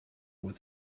with